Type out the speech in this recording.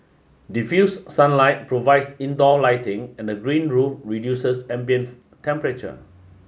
diffused sunlight provides indoor lighting and the green roof reduces ambient temperature